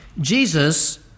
Jesus